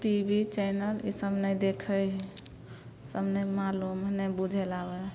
T V channel ई सब नहि देखय ई सब नहि मालूम नहि बुझय लए आबय हइ